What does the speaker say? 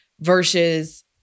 versus